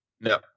no